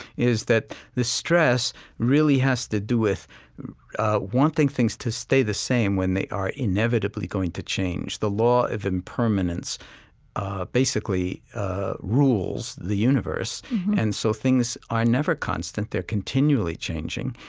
is that the stress really has to do with wanting things to stay the same when they are inevitably going to change. the law of impermanence ah basically rules the universe and so things are never constant they're continually changing.